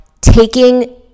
taking